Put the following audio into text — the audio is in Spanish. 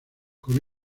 con